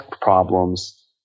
problems